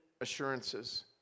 assurances